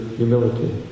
humility